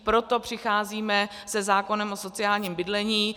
Proto přicházíme se zákonem o sociálním bydlení.